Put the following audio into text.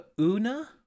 Una